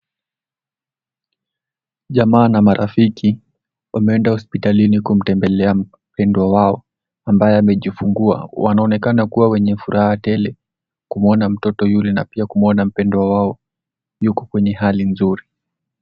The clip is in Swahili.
Jamaa na marafiki wameenda hospitalini kumtembelea mpendwa wao ambaye amejifungua. Wanaonekana kuwa wenye furaha tele kumwona mtoto yule na pia kumwona mpendwa wao yuko kwenye hali nzuri.